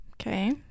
Okay